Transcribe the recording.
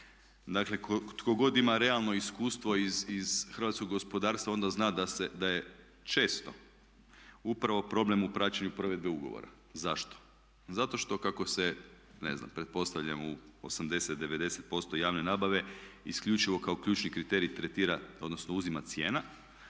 Dakle, tko god ima realno iskustvo iz hrvatskog gospodarstva onda zna da je često upravo problem u praćenju provedbe ugovora. Zašto? Zato što kako se ne znam pretpostavljam u 80%, 90% javne nabave isključivo kao ključni kriterij tretira odnosno uzima cijena